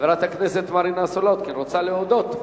חברת הכנסת מרינה סולודקין רוצה להודות.